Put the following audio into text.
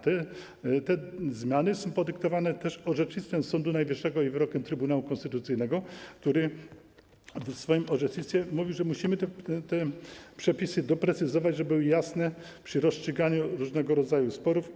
Te zmiany są podyktowane też orzecznictwem Sądu Najwyższego i wyrokiem Trybunału Konstytucyjnego, który w swoim orzecznictwie mówi, że musimy doprecyzować przepisy, żeby były jasne przy rozstrzyganiu różnego rodzaju sporów.